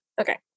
okay